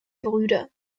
brüder